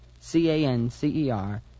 C-A-N-C-E-R